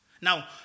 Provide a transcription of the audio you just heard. Now